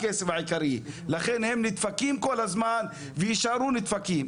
לכן הם נדפקים כל הזמן, ויישארו נדפקים.